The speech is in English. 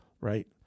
right